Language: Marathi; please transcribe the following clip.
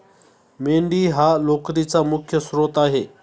मेंढी हा लोकरीचा मुख्य स्त्रोत आहे